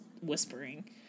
Whispering